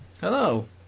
Hello